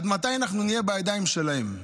עד מתי נהיה בידיים שלהם?